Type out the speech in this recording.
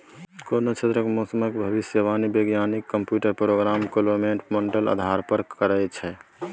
कोनो क्षेत्रक मौसमक भविष्यवाणी बैज्ञानिक कंप्यूटर प्रोग्राम क्लाइमेट माँडल आधार पर करय छै